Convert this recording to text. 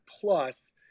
Plus